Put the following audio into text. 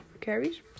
carries